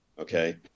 Okay